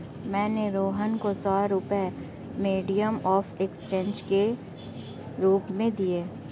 मैंने रोहन को सौ रुपए मीडियम ऑफ़ एक्सचेंज के रूप में दिए